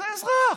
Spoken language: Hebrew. זה אזרח.